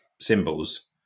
symbols